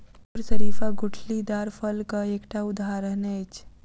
मधुर शरीफा गुठलीदार फलक एकटा उदहारण अछि